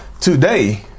today